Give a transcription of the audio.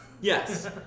yes